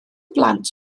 blant